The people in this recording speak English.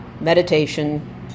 meditation